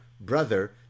brother